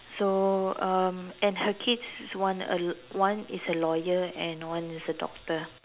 so um and her kids is one a l~ one is a lawyer and one is a doctor